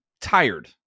tired